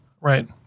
Right